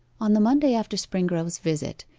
on the monday after springrove's visit,